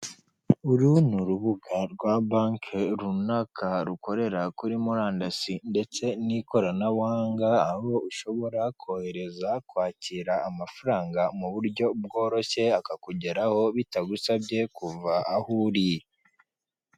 Uru ni urubuga rwa banki runaka rukorera kuri murandasi ndetse n'ikoranabuhanga, aho ushobora kohereza kwakira amafaranga mu buryo bworoshye akakugeraho bitagusabye kuva aho uri.